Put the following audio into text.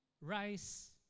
rice